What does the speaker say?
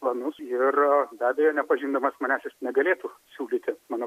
planus ir be abejo nepažindamas manęs jis negalėtų siūlyti mano